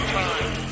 time